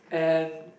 and